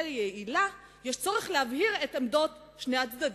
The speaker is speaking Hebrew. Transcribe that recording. יעילה יש צורך להבהיר את עמדות שני הצדדים,